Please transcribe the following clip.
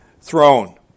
throne